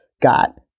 got